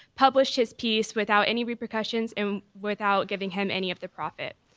published his piece without any repercussions and without giving him any of the profit.